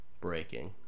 Breaking